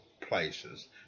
places